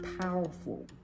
powerful